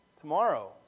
tomorrow